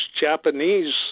Japanese